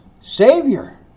Savior